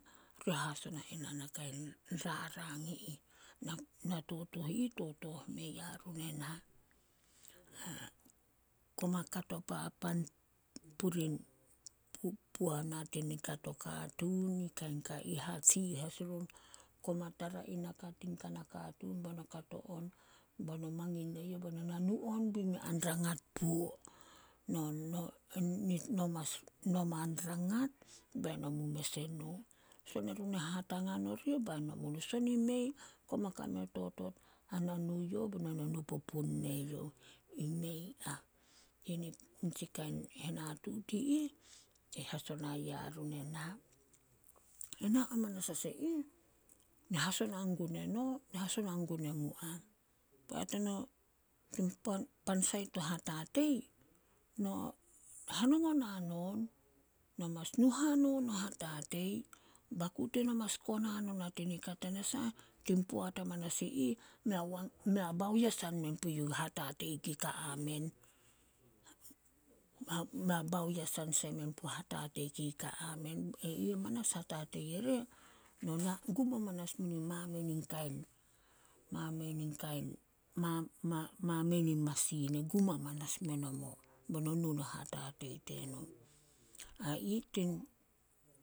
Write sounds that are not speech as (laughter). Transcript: Ri hasonai na ni kain rarang i ih, na- na totooh i ih totooh mea run ena. (hesitation) Koma kato papan (unintelligible) puana tin nika to katuun. Yini kain kai ih hatsih as i run. Koma tara i naka tin kana katuun be no kato on be no na nu on bei mei an rangat puo. No (unintelligible) man rangat be no mu mes e nu. Son erun e hatangan oria, bae no mu nu, son i mei koma kame o totot ana nu yo bae no na nu pupun ne youh, i mei ah. Yini (hesitation) nitsi kain henatuut i ih, (unintelligible) hasona yarun ena. Ena hamanas as e ih, na hasona gun eno, na hasona gun emu am. Poat eno, tin (hesitation) pan sait to hatatei, no hanongon hanon, no mas nu hanon no hatatei, baku teno mas konan ona tin nika tanasah tin poat amanas i ih, mei (unintelligible) mei baoyesan men puyuh hatatei kei ka amen. (hesitation) Mei an baoyesan sai puo hatatei kei ka amen. He ih amanas, hatatei ire nona (noise) gum hamanas me nin mamein in kain- mamein in kain (hesitation) mamein in masiin e gum hamanas me nomo, be no nu no hatatei teno. A ih tin